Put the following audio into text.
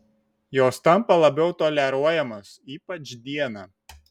jos tampa labiau toleruojamos ypač dieną